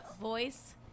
voice